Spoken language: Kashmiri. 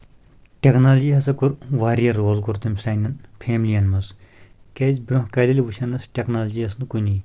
ٹؠکنالجی ہسا کوٚر واریاہ رول کوٚر تٔمۍ سانؠن فیملین منٛز کیازِ برونٛہہ کالی ییٚلہِ وٕچھان ٲس ٹیکنالجی ٲس نہٕ کُنہِ